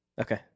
Okay